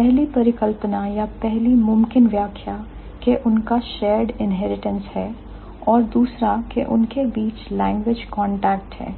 पहली परिकल्पना या पहली मुमकिन व्याख्या के उनका shared inheritance शेयर्ड इन्हेरिटेंस है और दूसरा के उनके बीच language contact लैंग्वेज कांटेक्ट है